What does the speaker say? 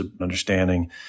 understanding